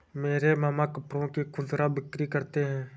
मेरे मामा कपड़ों की खुदरा बिक्री करते हैं